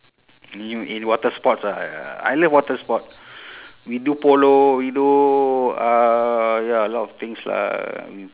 in in water sports ah I love water sport we do polo we do uh ya a lot of things lah we